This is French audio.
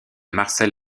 marcel